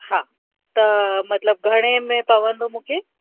हा त मतलबु घणे में पवंदो मूंखे